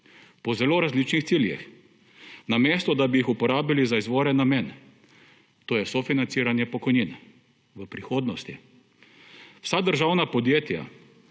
po zelo različnih ciljih, namesto da bi jih uporabili za izvoren namen. To je sofinanciranje pokojnin v prihodnosti. Vsa državna podjetja,